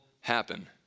happen